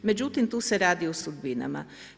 Međutim, tu se radi o sudbinama.